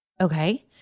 Okay